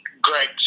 Greg